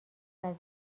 وزیر